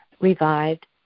revived